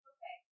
Okay